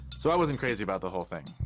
so i wasn't crazy about the whole thing.